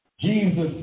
Jesus